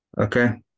Okay